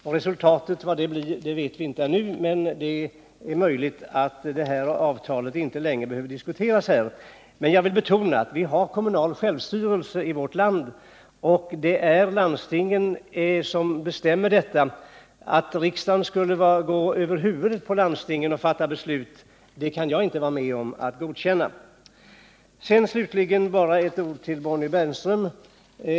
Vad resultatet härav blir vet vi inteännu, men det är möjligt att detta avtal inte längre kommer att behöva diskuteras här i riksdagen. Jag vill betona att vi har kommunal självstyrelse i vårt land och att det är landstingen som bestämmer på detta område. Att riksdagen skulle gå över huvudet på landstingen och fatta beslut kan jag inte vara med om att godkänna. Slutligen bara några ord till Bonnie Bernström.